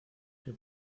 der